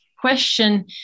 question